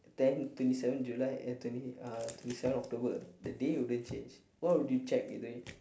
then twenty seven july eh twenty uh twenty seven october the day wouldn't change what would you check either way